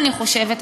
אני חושבת,